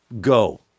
go